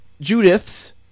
Judith's